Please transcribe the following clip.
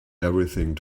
everything